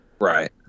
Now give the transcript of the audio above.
Right